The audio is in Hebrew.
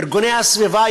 ארגוני הסביבה,